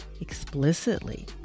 explicitly